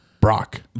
brock